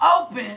open